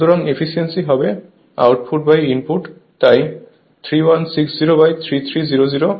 সুতরাং এফিসিয়েন্সি হবে আউটপুটইনপুট তাই 31603300 তাই 9575